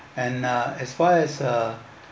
and uh as far as uh